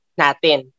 natin